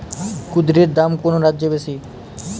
কুঁদরীর দাম কোন রাজ্যে বেশি?